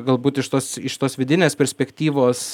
galbūt iš tos iš tos vidinės perspektyvos